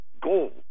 gold